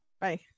Bye